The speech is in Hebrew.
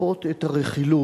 חבר הכנסת אריה אלדד,